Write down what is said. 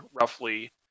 roughly